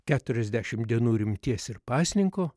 keturiasdešimt dienų rimties ir pasninko